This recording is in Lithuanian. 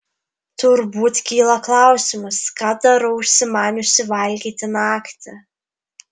turbūt kyla klausimas ką darau užsimaniusi valgyti naktį